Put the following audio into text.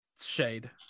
Shade